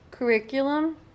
Curriculum